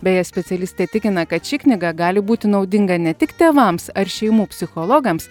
beje specialistai tikina kad ši knyga gali būti naudinga ne tik tėvams ar šeimų psichologams